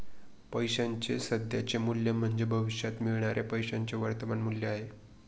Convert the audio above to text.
पैशाचे सध्याचे मूल्य म्हणजे भविष्यात मिळणाऱ्या पैशाचे वर्तमान मूल्य आहे